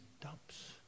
dumps